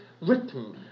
written